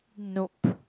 nope